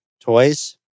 toys